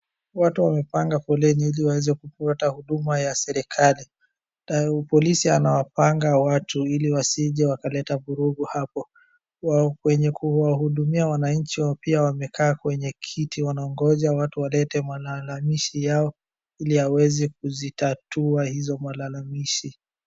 Watu wamepanga foleni ili waweze kupata huduma ya serikali. Polisi anawapanga watu ili wasije wakaleta vurugu hapo. Wa wenye kuwahudumia wananchi pia wamekaa kwenye kiti, wanaongoja watu walete malalamishi yao, ili aweze kuzitatua hizo malalamishi.